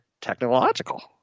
technological